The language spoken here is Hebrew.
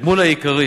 התגמול העיקרי